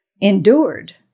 endured